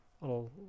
Little